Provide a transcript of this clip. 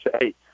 eight